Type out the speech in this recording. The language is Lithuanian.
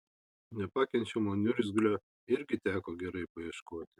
nepakenčiamo niurgzlio irgi teko gerai paieškoti